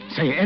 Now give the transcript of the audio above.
Say